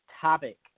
topic